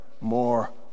more